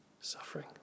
suffering